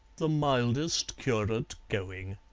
the mildest curate going.